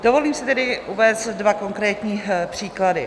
Dovolím si tedy uvést dva konkrétní příklady.